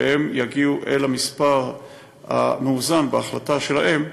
שהם יגיעו למספר המאוזן בהחלטה שלהם.